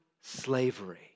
slavery